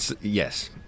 yes